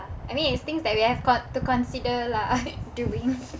I mean it's things that we have co~ to consider lah doing